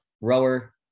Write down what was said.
rower